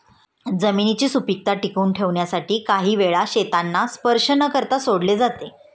जमिनीची सुपीकता टिकवून ठेवण्यासाठी काही वेळा शेतांना स्पर्श न करता सोडले जाते